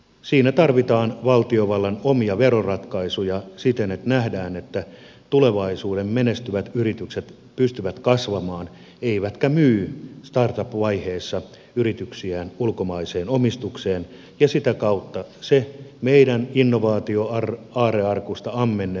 siinä tarvitaan valtiovallan omia veroratkaisuja siten että nähdään että tulevaisuuden menestyvät yritykset pystyvät kasvamaan eivätkä myy startup vaiheessa yrityksiään ulkomaiseen omistukseen niin että sitä kautta ne meidän innovaatioaarrearkustamme ammennetut ideat karkaavat ulkomaille